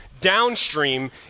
downstream